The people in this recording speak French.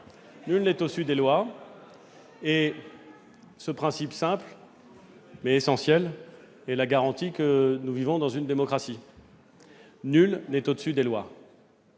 nul n'est au-dessus des lois. Ce principe simple, mais essentiel, est la garantie que nous vivons dans une démocratie. Nul n'est au-dessus des lois